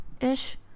ish